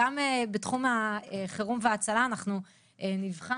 גם בתחום החירום וההצלה אנחנו נבחן